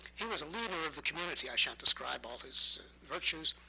he was a leader of the community. i shan't describe all his virtues.